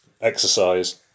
exercise